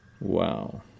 Wow